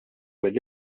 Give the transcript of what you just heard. mill